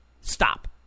stop